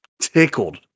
Tickled